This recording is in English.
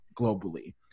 globally